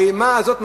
האימה הזאת,